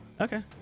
Okay